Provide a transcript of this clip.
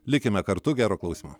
likime kartu gero klausymo